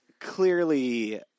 clearly